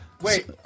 wait